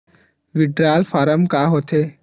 Withdrawal form का होथे?